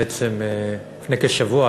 בעצם לפני כשבוע,